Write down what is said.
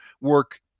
work